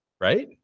right